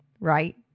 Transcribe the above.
right